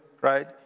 right